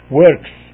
works